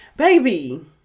Baby